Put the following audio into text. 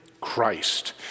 Christ